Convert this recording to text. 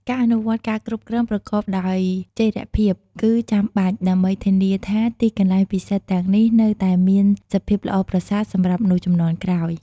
ការអនុវត្តការគ្រប់គ្រងប្រកបដោយចីរភាព គឺចាំបាច់ ដើម្បីធានាថាទីកន្លែងពិសិដ្ឋទាំងនេះនៅតែមានសភាពល្អប្រសើរសម្រាប់មនុស្សជំនាន់ក្រោយ។